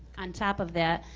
on top of that,